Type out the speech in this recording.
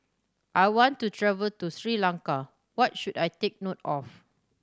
I want to travel to Sri Lanka what should I take note of